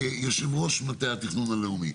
כיושב ראש מטה התכנון הלאומי,